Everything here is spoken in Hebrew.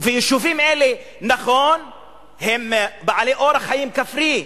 יישובים אלה, נכון שהם בעלי אורח חיים כפרי,